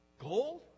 Gold